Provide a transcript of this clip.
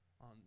on